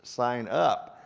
sign up,